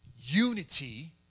Unity